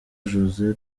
jose